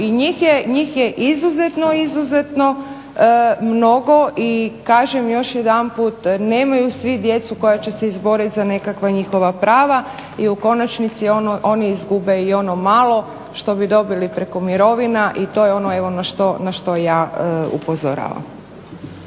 i njih je izuzetno mnogo i kažem još jedanput nemaju svi djecu koja će se izboriti za nekakva njihova prava i u konačnici oni izgube i ono malo što bi dobili preko mirovina i to je ono na što ja upozoravam.